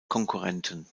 konkurrenten